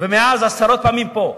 ומאז עשרות פעמים פה.